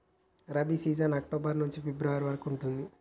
rabi season October నుంచి February వరకు ఉంటది